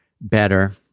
better